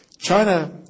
China